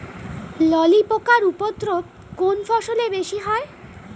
ললি পোকার উপদ্রব কোন ফসলে বেশি হয়?